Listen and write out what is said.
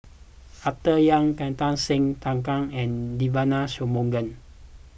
Arthur Yap Kartar Singh Thakral and Devagi Sanmugam